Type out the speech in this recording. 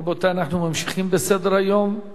רבותי, אנחנו ממשיכים בסדר-היום,